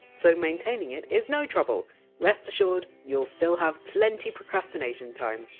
so maintaining it is no trouble rest assured, you! ll still have plenty procrastination time.